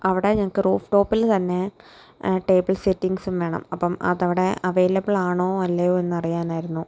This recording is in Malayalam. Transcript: അവിടെ ഞങ്ങൾക്ക് റൂഫ് ടോപ്പില് തന്നെ ടേബിൾ സെറ്റിംഗ്സും വേണം അപ്പം അത് അവിടെ അവൈലബിളാണോ അല്ലയോ എന്ന് അറിയാനായിരുന്നു